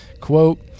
Quote